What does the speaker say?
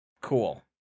Cool